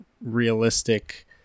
realistic